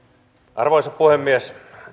arvoisa puhemies